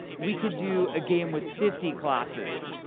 we could do a game with fifty classes.